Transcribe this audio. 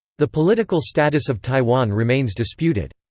the political status of taiwan remains disputed.